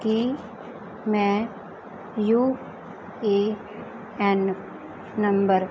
ਕੀ ਮੈਂ U A N number